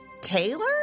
Taylor